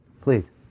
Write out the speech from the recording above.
Please